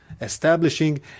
Establishing